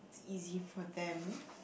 easy for them